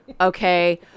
Okay